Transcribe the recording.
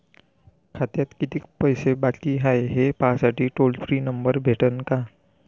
खात्यात कितीकं पैसे बाकी हाय, हे पाहासाठी टोल फ्री नंबर भेटन का?